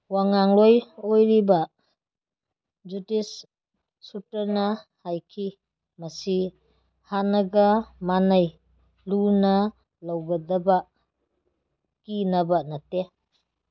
ꯋꯉꯥꯡꯂꯣꯏ ꯑꯣꯏꯔꯤꯕ ꯖꯨꯗꯤꯁ ꯁꯨꯇ꯭ꯔꯅ ꯍꯥꯏꯈꯤ ꯃꯁꯤ ꯍꯥꯟꯅꯒ ꯃꯥꯟꯅꯩ ꯂꯨꯅ ꯂꯧꯒꯗꯕ ꯀꯤꯅꯕ ꯅꯠꯇꯦ